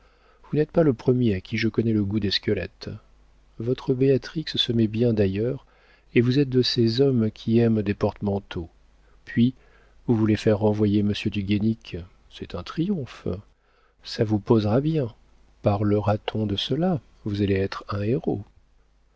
vous n'êtes pas le premier à qui je connais le goût des squelettes votre béatrix se met bien d'ailleurs et vous êtes de ces hommes qui aiment des porte manteaux puis vous voulez faire renvoyer monsieur du guénic c'est un triomphe ça vous posera bien parlera t on de cela vous allez être un héros